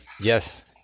Yes